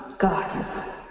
God